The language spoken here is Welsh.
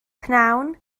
pnawn